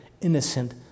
innocent